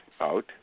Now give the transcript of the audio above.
out